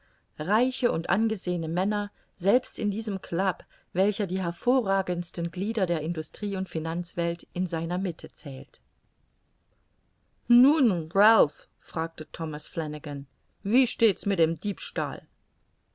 reiche und angesehene männer selbst in diesem club welcher die hervorragendsten glieder der industrie und finanzwelt in seiner mitte zählt nun ralph fragte thomas flanagan wie steht's mit dem diebstahl